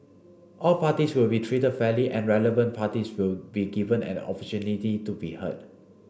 all parties will be treated fairly and relevant parties will be given an opportunity to be heard